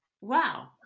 Wow